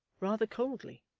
rather coldly,